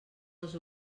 els